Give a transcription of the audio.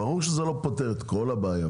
ברור שזה לא פותר את כל הבעיה,